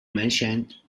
mentioned